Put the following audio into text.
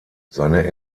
seine